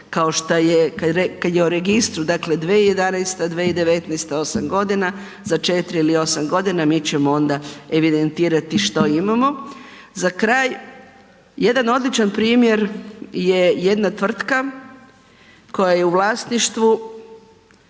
kao što je o registru, dakle 2011., 2019., 8 godina, za 4 ili 8 godina, mi ćemo onda evidentirati što imamo. Za kraj, jedan odličan primjer je jedna tvrtka koja je u vlasništvu,